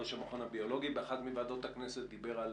ראש המכון הביולוגי באחת מוועדות הכנסת, דיבר על